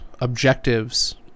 objectives